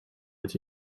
with